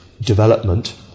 development